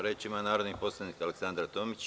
Reč ima narodni poslanik Aleksandra Tomić.